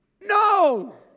no